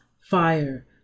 fire